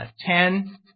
Ten